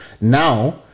Now